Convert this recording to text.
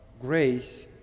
grace